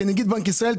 כנגיד בנק ישראל,